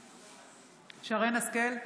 בעד שרן מרים השכל,